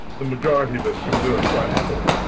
the majority of us can do it quite happily.